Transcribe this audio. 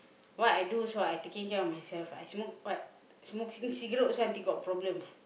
what I do is what I taking care on myself I smoke what smoking cigarette also until got problem